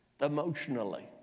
Emotionally